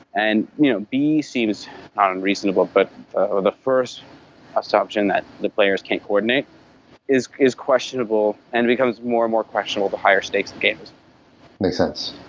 and you know b seems unreasonable, but ah the first assumption that the players can't coordinate is is questionable and becomes more and more questionable over higher stakes games makes sense.